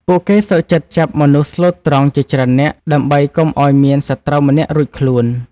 ពួកគេសុខចិត្តចាប់មនុស្សស្លូតត្រង់ជាច្រើននាក់ ដើម្បីកុំឱ្យមានសត្រូវម្នាក់រួចខ្លួន។